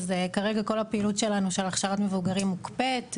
כרגע כל הפעילות שלנו להכשרת מבוגרים מוקפאת.